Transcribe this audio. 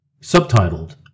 Subtitled